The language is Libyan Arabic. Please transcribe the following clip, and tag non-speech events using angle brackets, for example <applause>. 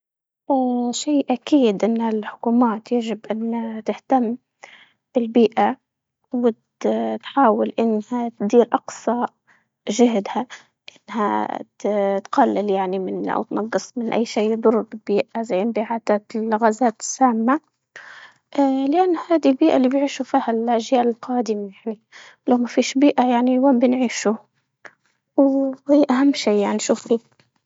<hesitation> شي أكيد إنه الحكومات يجب أن تهتم بالبيئة، وت- <hesitation> وتحاول إنها تدير أقصى جهدها إنها ت- تقلل يعني من أو تنقص من أي شي يضر البيئة زي الانبعاتات، الغازات السامة، <hesitation> لأن هادي البيئة اللي بيعيشوا فيها الأجيال القادمة ولو مفيش بيئة يعني وين بنعيشوا؟ وهي أهم شي يعني نشوف فيه.